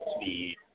Speed